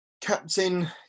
Captain